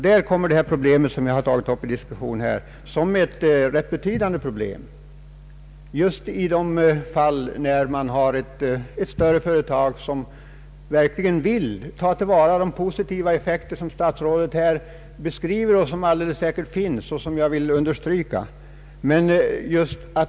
Det problem som jag har tagit upp till diskussion är rätt betydande just när man har ett större företag som verkligen vill ta vara på de positiva effekter som statsrådet beskriver och som alldeles säkert finns — det vill jag understryka.